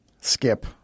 Skip